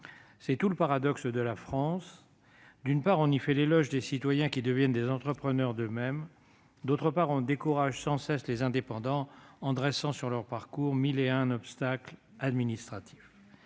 C'est tout le paradoxe de la France : d'une part, on y fait l'éloge des citoyens qui deviennent les entrepreneurs d'eux-mêmes ; d'autre part, on décourage sans cesse les indépendants, en dressant sur leur parcours mille et un obstacles administratifs.